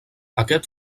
aquest